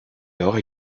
lors